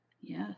Yes